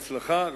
הצלחה.